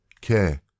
care